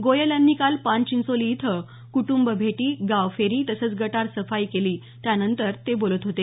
गोयल यांनी काल पानचिंचोली इथं कुटूंब भेटी गावफेरी तसंच गटार सफाई केली त्यानंतर ते बोलत होते